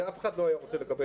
זה אף אחד לא היה רוצה לקבל.